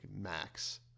max